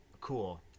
cool